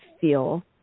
feel